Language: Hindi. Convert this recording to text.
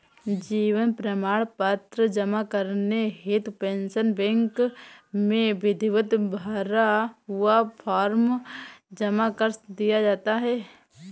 जीवन प्रमाण पत्र जमा करने हेतु पेंशन बैंक में विधिवत भरा हुआ फॉर्म जमा कर दिया जाता है